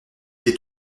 été